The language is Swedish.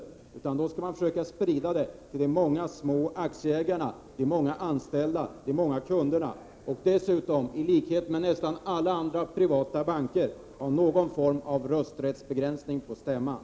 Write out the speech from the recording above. Då funnes det anledning att i stället försöka sprida ägandet till de många små aktieägarna, de många anställda, de många kunderna och dessutom — i likhet med nästan alla andra privata banker — ha någon form av rösträttsbegränsning vid bolagsstämman.